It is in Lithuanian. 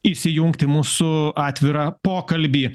įsijungti į mūsų atvirą pokalbį